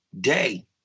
day